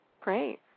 Great